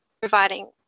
providing